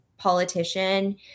politician